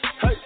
Hey